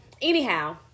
Anyhow